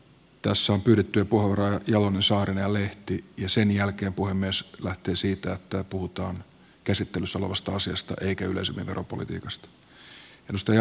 tässä on pyydettyjä puheenvuoroja jalonen saarinen ja lehti ja sen jälkeen puhemies lähtee siitä että puhutaan käsittelyssä olevasta asiasta eikä yleisemmin veropolitiikasta